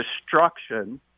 destruction